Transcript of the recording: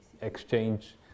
exchange